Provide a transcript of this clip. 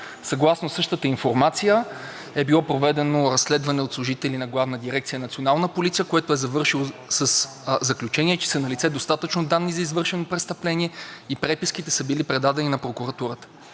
Съгласно същата информация е било проведено разследване от служители на Главна дирекция „Национална полиция“, което е завършило със заключение, че са налице достатъчно данни за извършени престъпления и преписките са били предадени на прокуратурата.